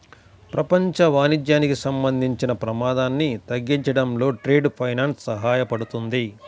ప్రపంచ వాణిజ్యానికి సంబంధించిన ప్రమాదాన్ని తగ్గించడంలో ట్రేడ్ ఫైనాన్స్ సహాయపడుతుంది